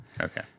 Okay